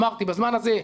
אמרתי, בזמן הזה,